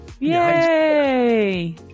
Yay